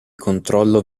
controllo